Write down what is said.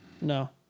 No